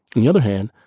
on the other hand,